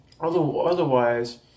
otherwise